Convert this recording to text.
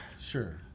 sure